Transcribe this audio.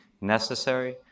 necessary